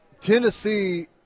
Tennessee